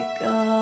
go